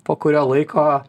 po kurio laiko